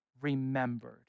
remembered